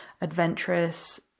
adventurous